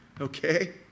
Okay